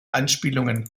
anspielungen